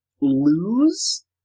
lose